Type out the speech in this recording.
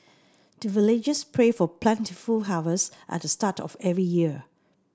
the villagers pray for plentiful harvest at the start of every year